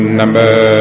number